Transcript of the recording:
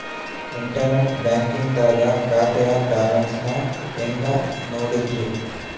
Internet banking ದಾಗ ಖಾತೆಯ balance ನ ಹೆಂಗ್ ನೋಡುದ್ರಿ?